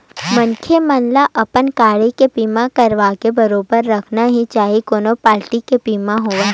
मनखे मन ल अपन गाड़ी के बीमा कराके बरोबर रखना ही चाही कोनो पारटी के बीमा होवय